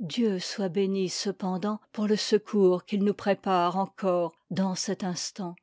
dieu soit béni cependant pour le secours qu'il nous prépare encore dans cet instant